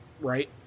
right